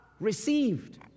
received